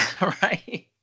Right